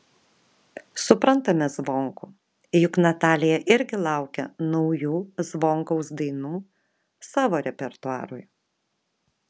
suprantame zvonkų juk natalija irgi laukia naujų zvonkaus dainų savo repertuarui